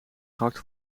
gehakt